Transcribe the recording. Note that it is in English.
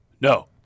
no